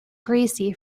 greasy